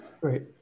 Great